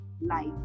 life